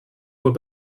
were